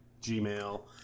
gmail